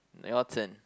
your turn